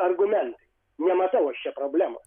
argumentai nematau aš čia problemos